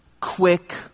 quick